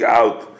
out